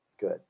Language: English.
good